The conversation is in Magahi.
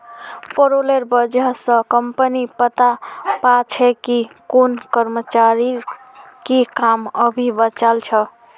पेरोलेर वजह स कम्पनी पता पा छे कि कुन कर्मचारीर की काम अभी बचाल छ